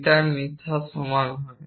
beta মিথ্যার সমান হয়